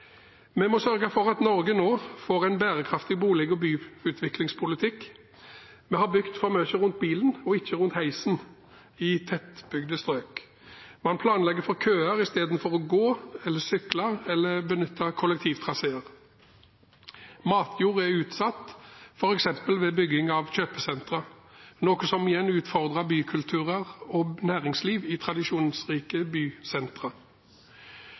Vi må sørge for at Norge nå får en bærekraftig bolig- og byutviklingspolitikk. Vi har bygd for mye rundt bilen og ikke rundt heisen i tettbygde strøk. Man planlegger for køer istedenfor gange, sykkel eller kollektivtraseer. Matjord er utsatt, f.eks. ved bygging av kjøpesentre, noe som igjen utfordrer bykultur og næringsliv i tradisjonsrike bysentre.